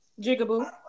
Jigaboo